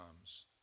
comes